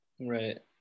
Right